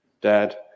Dad